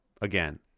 again